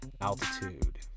Altitude